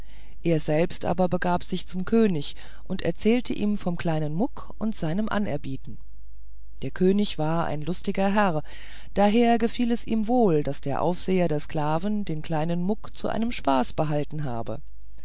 er selbst aber begab sich zum könig und erzählte ihm vom kleinen muck und seinem anerbieten der könig war ein lustiger herr daher gefiel es ihm wohl daß der aufseher der sklaven den kleinen menschen zu einem spaß behalten habe